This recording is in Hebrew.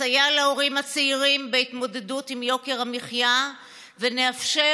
נסייע להורים הצעירים בהתמודדות עם יוקר המחיה ונאפשר,